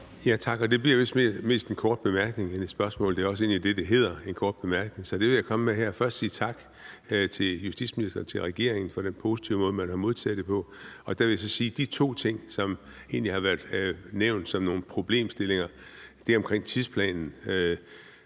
Tak. Det bliver vist mere en kort bemærkning end et spørgsmål – det er jo egentlig også det, det hedder. Så det vil jeg komme med her. Først vil jeg sige tak til justitsministeren og regeringen for den positive måde, man har modtaget det på. Jeg vil sige, at i forhold til de to ting, som har været nævnt som nogle problemstillinger – det om tidsplanen